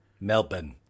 Melbourne